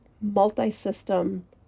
multi-system